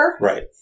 Right